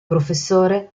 professore